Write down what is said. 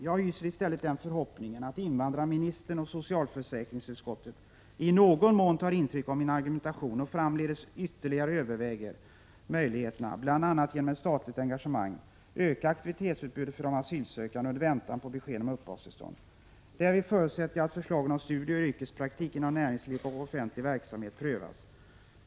Jag hyser i stället den förhoppningen att invandrarministern och socialförsäkringsutskottet i någon mån tar intryck av min argumentation och framdeles ytterligare överväger möjligheterna att bl.a. genom ett statligt engagemang öka aktivitetsutbudet för de asylsökande under väntan på besked om uppehållstillstånd. Därvid förutsätter jag att förslagen om studier och yrkespraktik inom näringsliv och offentlig verksamhet prövas.